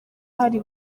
hari